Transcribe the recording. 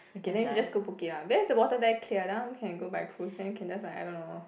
okay then we should just go Phuket ah because the water there clear that one can go by cruise then can just like I don't know